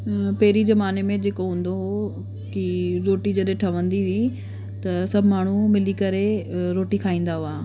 पहिरीं ज़माने में जेको हूंदो हुओ की रोटी जॾहिं ठहंदी हुई त सभु माण्हू मिली करे रोटी खाईंदा हुआ